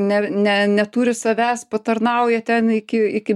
ne ne neturi savęs patarnauja ten iki iki